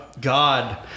God